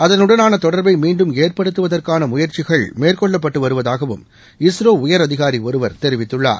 அதனுடனான தொடர்பை மீண்டும் ஏற்படுத்துவதற்கான முயற்சிகள் மேற்கொள்ளப்பட்டு வருவதாகவும் இஸ்ரோ உயர் அதிகாரி ஒருவர் தெரிவித்துள்ளார்